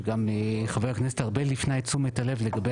שגם חבר הכנסת ארבל הפנה את תשומת הלב לגבי